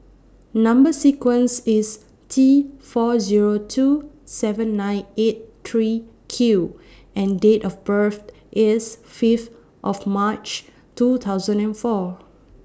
Number sequence IS T four Zero two seven nine eight three Q and Date of birth IS five of March two thousand and four